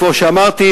כמו שאמרתי,